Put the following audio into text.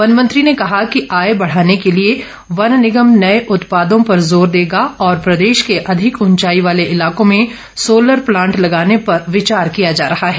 one मंत्री ने कहा कि आय बढ़ाने के लिए वन निगम नए उत्पादों पर जोर देगा और प्रदेश के अधिक ऊंचाई वाले इलाकों में सोलर प्लांट लगाने पर विचार किया जा रहा है